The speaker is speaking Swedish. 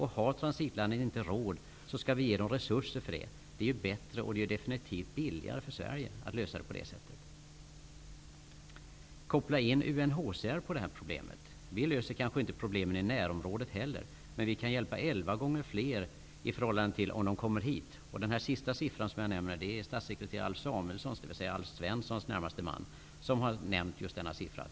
Har transitlandet inte råd, skall vi ge det resurser. Det är bättre och definitivt billigare för Sverige att lösa problemet på det sättet. Koppla in UNHCR på det här problemet! Vi löser kanske inte problemet i närområdet heller, men vi kan hjälpa elva gånger fler än om de kommer hit. Den siffran har nämnts av statssekreterare Alf Samuelsson, dvs. biståndsminister Alf Svenssons närmaste man.